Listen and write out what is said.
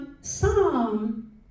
Psalm